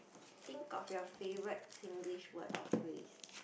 think of your favourite Singlish word or phrase